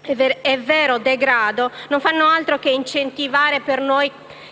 e vero degrado non fa altro che convincerci